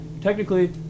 Technically